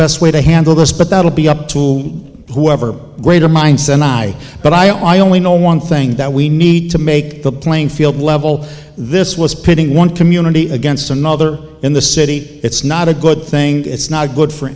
best way to handle this but that will be up to whoever greater minds than i but i only know one thing that we need to make the playing field level this was pitting one community against another in the city it's not a good thing it's not good for